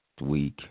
week